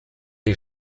die